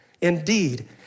Indeed